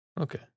Okay